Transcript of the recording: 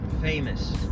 famous